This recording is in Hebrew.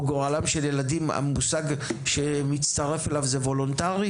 או גורלם של ילדים המושג שמצטרף אליו הוא: "וולונטרי"?